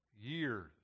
years